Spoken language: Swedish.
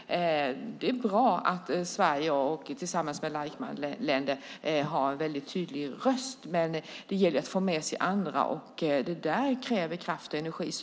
Det är bra att Sverige tillsammans med andra länder har en tydlig röst, men det gäller att få med sig andra. Det kräver kraft och energi.